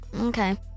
okay